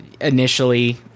initially